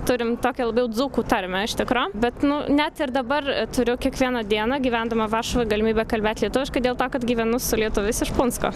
turim tokią labiau dzūkų tarmę iš tikro bet nu net ir dabar turiu kiekvieną dieną gyvendama varšuvoj galimybę kalbėt lietuviškai dėl to kad gyvenu su lietuviais iš punsko